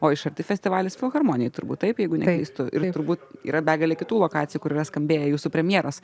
o iš arti festivalis filharmonijoj turbūt taip jeigu neklystu turbūt yra begalė kitų lokacijų kur yra skambėję jūsų premjeros